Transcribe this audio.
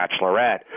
bachelorette